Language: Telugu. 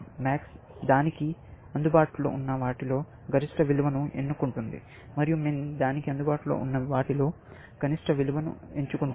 MAX దానికి అందుబాటులో ఉన్న వాటిలో గరిష్ట విలువలను ఎన్నుకుంటుంది మరియు MIN దానికి అందుబాటులో ఉన్న వాటిలో కనీసం విలువలను ఎంచుకుంటుంది